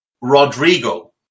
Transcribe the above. Rodrigo